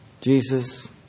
Jesus